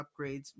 upgrades